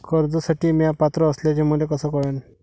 कर्जसाठी म्या पात्र असल्याचे मले कस कळन?